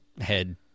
head